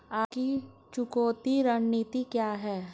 आपकी चुकौती रणनीति क्या है?